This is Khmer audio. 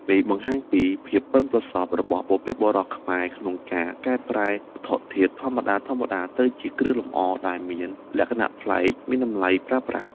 នេះបង្ហាញពី ភាពប៉ិនប្រសប់ របស់បុព្វបុរសខ្មែរក្នុងការប្រែក្លាយវត្ថុធាតុធម្មតាៗ ទៅជាគ្រឿងលម្អដែលមានលក្ខណៈប្លែក មានតម្លៃប្រើប្រាស់។